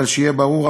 אבל שיהיה ברור,